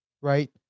right